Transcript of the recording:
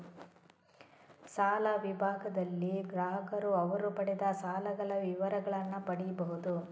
ಸಾಲ ವಿಭಾಗದಲ್ಲಿ ಗ್ರಾಹಕರು ಅವರು ಪಡೆದ ಸಾಲಗಳ ವಿವರಗಳನ್ನ ಪಡೀಬಹುದು